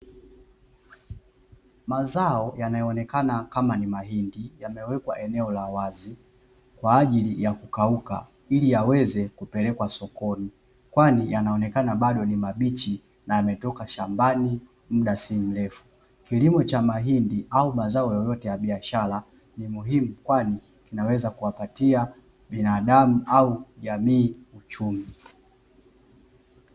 Mazao yanayonekana kama ni mahindi yamewekwa katika eneo la wazi kwaajili ya kukauka ili yaweze kupelekwa sokoni, kwani yanaonekana bado ni mabichi na yametoka shambani muda si mrefu, kilimo cha mahindi au mazao yoyote ya biashara ni muhimu kwani yanaweza kuwapatia binadamu au jamii uchumi.